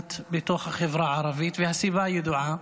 והאלימות בתוך החברה הערבית, והסיבה ידועה: